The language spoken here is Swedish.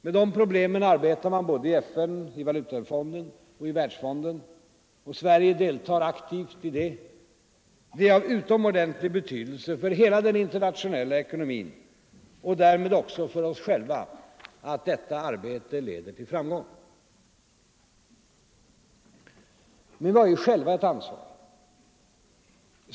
Med dessa problem arbetar man både i FN, i Valutafonden och i Världsbanken. Sverige deltar aktivt i detta arbete. Det är av utomordentlig betydelse för hela den internationella ekonomin och därmed också för oss själva att detta arbete leder till framgång. Men vi har själva ett ansvar.